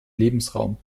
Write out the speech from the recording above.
lebensraum